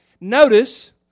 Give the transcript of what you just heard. Notice